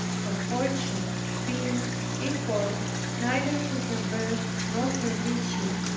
her fortune being equal neither to her birth nor her virtue,